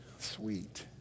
sweet